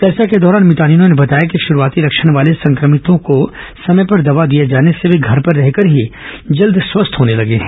चर्चा के दौरान मितानिनों ने बताया कि शुरूआती लक्षण वाले संक्रमित लोगों को समय पर देवा दिए जाने से वे घर पर रहकर ही जल्द स्वस्थ होने लगे हैं